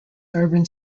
urban